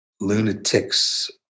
lunatics